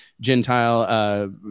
Gentile